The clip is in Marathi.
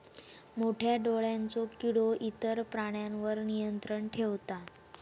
मोठ्या डोळ्यांचो किडो इतर प्राण्यांवर नियंत्रण ठेवता